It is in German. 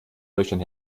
löchern